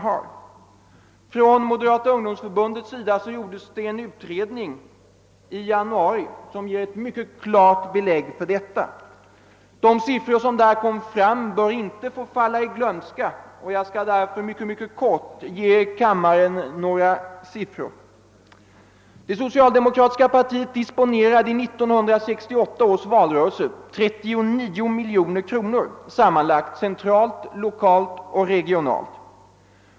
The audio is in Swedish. Inom Moderata ungdomsförbundet gjordes i januari en utredning, som lämnar mycket klart belägg för detta. De uppgifter som där kom fram bör inte få falla i glömska, och jag skall därför mycket kort ge kammaren en redogörelse. Det socialdemokratiska partiet disponerade i 1968 års valrörelse sammanlagt 39 miljoner kr., centralt, lokalt och regionalt.